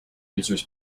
users